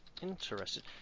Interested